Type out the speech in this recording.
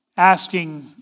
Asking